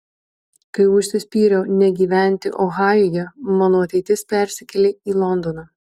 kai užsispyriau negyventi ohajuje mano ateitis persikėlė į londoną